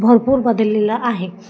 भरपूर बदललेलं आहे